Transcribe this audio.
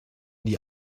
die